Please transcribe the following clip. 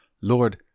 Lord